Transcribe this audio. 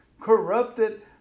corrupted